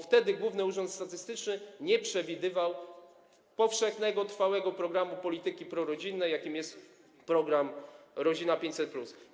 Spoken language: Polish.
Wtedy Główny Urząd Statystyczny nie przewidywał powszechnego, trwałego programu polityki prorodzinnej, jakim jest program „Rodzina 500+”